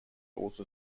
also